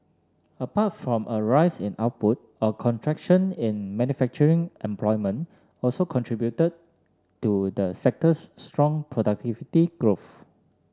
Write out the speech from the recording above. apart from a rise in output a contraction in manufacturing employment also contributed to the sector's strong productivity growth